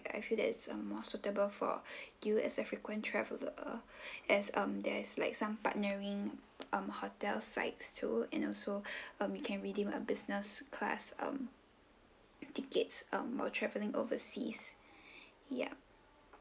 I I feel that it's a more suitable for you as a frequent traveler uh as um there's like some partnering um hotel sites too and also um you can redeem a business class um tickets um or travelling overseas yup